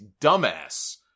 dumbass